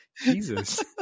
Jesus